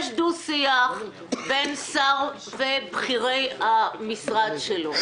יש דו-שיח בין שר ובכירי המשרד שלו,